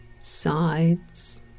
sides